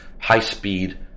high-speed